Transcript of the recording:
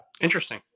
Interesting